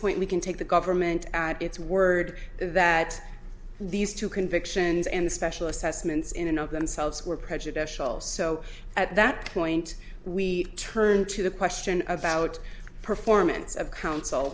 point we can take the government at its word that these two convictions and the special assessments in and of themselves were prejudicial so at that point we turn to the question about performance of coun